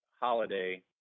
Holiday